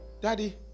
Daddy